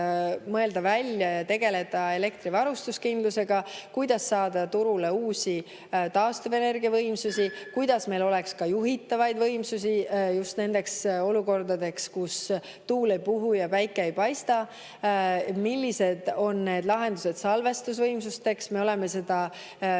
selleks, et tegeleda elektrivarustuskindlusega, mõelda välja, kuidas saada turule uusi taastuvenergiavõimsusi, kuidas meil oleks ka juhitavaid võimsusi just nendeks olukordadeks, kus tuul ei puhu ja päike ei paista, ja millised on lahendused salvestusvõimsusteks. Me oleme seda kabinetis